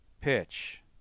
pitch